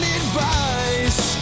advice